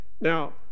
Now